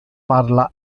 parla